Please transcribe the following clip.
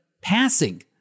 passing